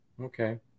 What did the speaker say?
Okay